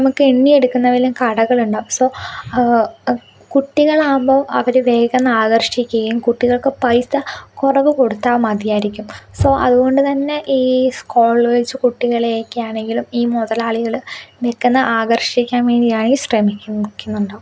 നമുക്ക് എണ്ണിയെടുക്കുന്നതിലും കടകൾ ഉണ്ടാകും സോ കുട്ടികളാകുമ്പോൾ അവർ വേഗമെന്ന് ആകർഷിക്കുകയും കുട്ടികൾക്കും പൈസ കുറവ് കൊടുത്താൽ മതിയായിരിക്കും സോ അതുകൊണ്ട് തന്നെ ഈ കോളേജ് കുട്ടികളെയൊക്കെ ആണെങ്കിലും ഈ മുതലാളികൾ നിൽക്കുന്ന ആകർഷിക്കാൻ വേണ്ടിയായി ശ്രമിക്കുന്നു ഒക്കെ ഉണ്ടാകും